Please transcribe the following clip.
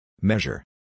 Measure